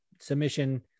submission